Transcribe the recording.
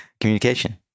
communication